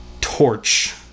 torch